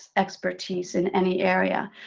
expertise in any area.